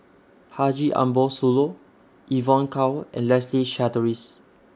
Haji Ambo Sooloh Evon Kow and Leslie Charteris